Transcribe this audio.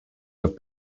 have